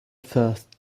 first